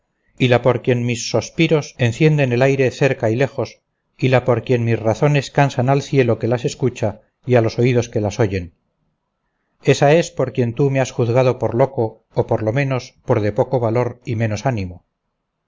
y la por quien mis sospiros encienden el aire cerca y lejos y la por quien mis razones cansan al cielo que las escucha y a los oídos que las oyen ésa es por quien tú me has juzgado por loco o por lo menos por de poco valor y menos ánimo